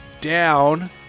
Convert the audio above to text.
down